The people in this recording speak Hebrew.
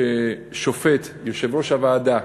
ששופט, יושב-ראש הוועדה,